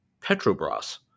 Petrobras